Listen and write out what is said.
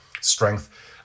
strength